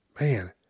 Man